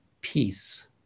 peace